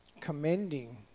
Commending